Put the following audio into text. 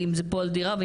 דירה,